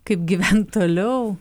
kaip gyvent toliau